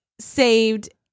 saved